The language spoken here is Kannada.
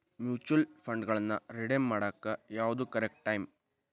ಮ್ಯೂಚುಯಲ್ ಫಂಡ್ಗಳನ್ನ ರೆಡೇಮ್ ಮಾಡಾಕ ಯಾವ್ದು ಕರೆಕ್ಟ್ ಟೈಮ್